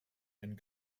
and